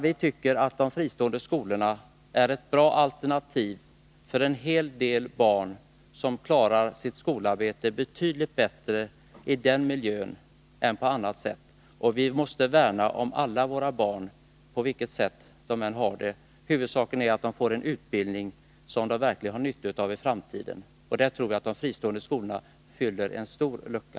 Vi tycker att de fristående skolorna är bra alternativ för en hel del barn som klarar sitt skolarbete betydligt bättre i den miljön än på annat sätt. Vi måste värna om alla våra barn, på vilket sätt de än har det. Huvudsaken är att de får en utbildning som de har nytta av i framtiden. Där tror vi att de fristående skolorna fyller en stor lucka.